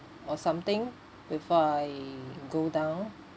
or something before I go down